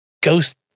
ghost